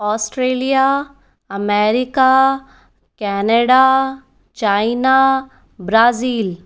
Australia America Canada China Brazil